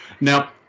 Now